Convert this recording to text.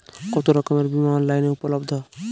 কতোরকমের বিমা অনলাইনে উপলব্ধ?